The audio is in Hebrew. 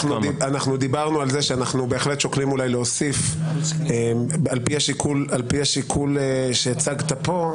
דיברנו על זה שאנו שוקלים להוסיף אולי על פי השיקול שהצגת פה,